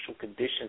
conditions